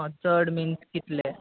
चड मिन्स कितलें